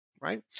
right